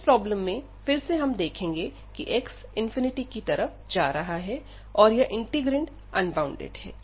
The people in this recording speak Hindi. इस प्रॉब्लम में फिर से हम देखेंगे कि x इंफिनिटी की तरफ जा रहा है और इंटीग्रैंड अनबॉउंडेड है